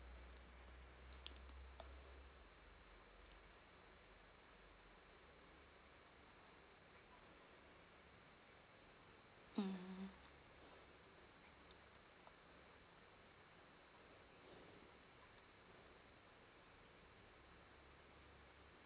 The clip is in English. um